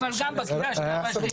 אבל זה גם בקריאה שנייה, שלישית.